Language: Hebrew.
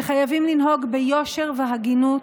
שחייבים לנהוג ביושר והגינות,